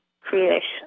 creation